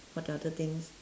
what other things